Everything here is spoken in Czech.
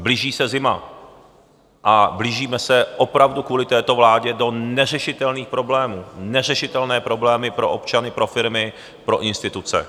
Blíží se zima a blížíme se opravdu kvůli této vládě do neřešitelných problémů neřešitelné problémy pro občany, pro firmy, pro instituce.